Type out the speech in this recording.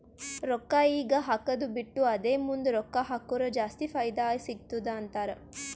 ರೊಕ್ಕಾ ಈಗ ಹಾಕ್ಕದು ಬಿಟ್ಟು ಅದೇ ಮುಂದ್ ರೊಕ್ಕಾ ಹಕುರ್ ಜಾಸ್ತಿ ಫೈದಾ ಸಿಗತ್ತುದ ಅಂತಾರ್